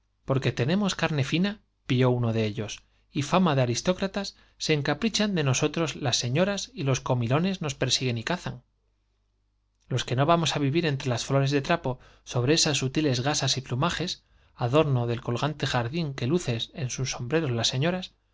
porque tenemos carne de y fama de aristócratas se encaprichan nosotros las señoras y los comilones nos persiguen y cazan los que no vamos á vivir entre las flores de trapo sobre esas sutiles gasas y plumajes adorno del col las señoras gante jardín que lucen en sus sombreros en